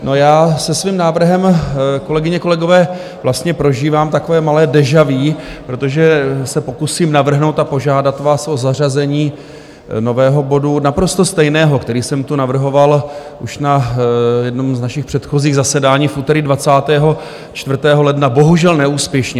No, já se svým návrhem, kolegyně, kolegové, vlastně prožívám takové malé déjà vu, protože se pokusím navrhnout a požádat vás o zařazení nového bodu, naprosto stejného, který jsem tu navrhoval už na jednom z našich předchozích zasedání v úterý 24. ledna, bohužel neúspěšně.